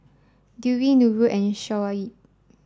Dewi Nurul and Shoaib